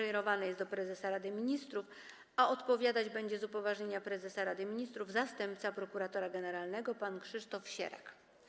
Skierowane jest do prezesa Rady Ministrów, a odpowiadać będzie z upoważnienia prezesa Rady Ministrów zastępca prokuratora generalnego pan Krzysztof Sierak.